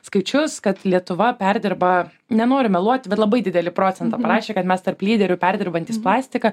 skaičius kad lietuva perdirba nenoriu meluot bet labai didelį procentą parašė kad mes tarp lyderių perdirbantys plastiką